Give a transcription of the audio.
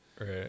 Right